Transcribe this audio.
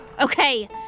Okay